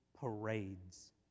parades